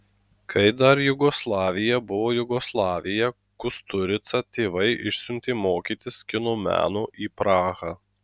kai dar jugoslavija buvo jugoslavija kusturicą tėvai išsiuntė mokytis kino meno į prahą